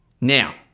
Now